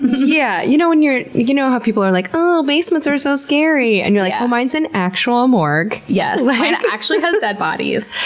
yeah. you know and you know how people are like, oh, basements are so scary? and you're like, oh mine's an actual morgue. yes. mine actually has dead bodies